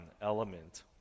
element